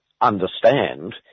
understand